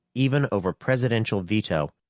even over presidential veto.